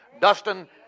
Dustin